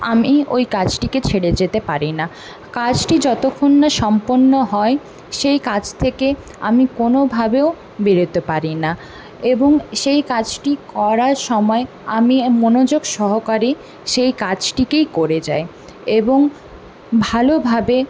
আমি ওই কাজটিকে ছেড়ে যেতে পারি না কাজটি যতক্ষণ না সম্পন্ন হয় সেই কাজ থেকে আমি কোনোভাবেও বেরোতে পারি না এবং সেই কাজটি করার সময় আমি মনোযোগ সহকারে সেই কাজটিকেই করে যাই এবং ভালোভাবে